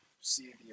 see